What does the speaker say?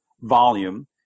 volume